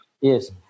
Yes